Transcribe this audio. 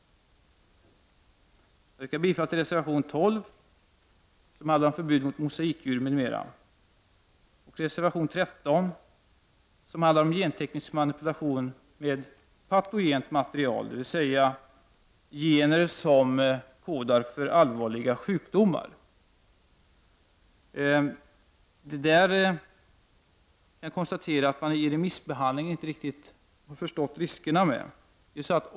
Jag yrkar också bifall till reservation 12 om förbud mot mosaikdjur m.m. samt till reservation 13 om förbud mot genteknisk manipulation med patogent material, dvs. gener som alstrar allvarliga sjukdomar. Jag kan konstatera att man vid remissbehandlingen inte riktigt har förstått riskerna här.